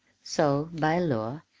so, by law,